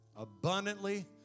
Abundantly